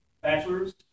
bachelor's